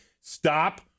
Stop